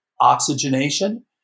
oxygenation